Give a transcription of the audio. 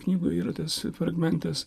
knygoje yra tas fragmentas